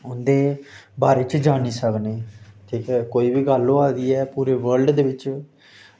उं'दे बारै च जानी सकने ठीक ऐ कोई बी गल्ल होआ दी ऐ पूरे वर्ल्ड दे बिच्च